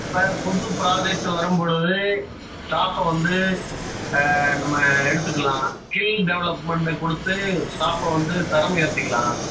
அப்போ புது ப்ராஜெக்ட்டு வரும்பொழுது ஸ்டாஃப்பை வந்து நம்ம எடுத்துக்கலாம் ஸ்கில் டெவலப்மெண்ட கொடுத்து ஸ்டாஃப்பை வந்து தரம் உயர்த்திக்கலாம்